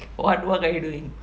what work are you doing